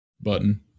Button